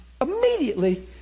immediately